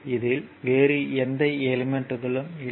இதில் வேறு எந்த எலிமெண்ட் இல்லை